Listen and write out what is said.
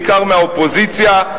בעיקר מהאופוזיציה,